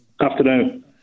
afternoon